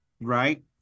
right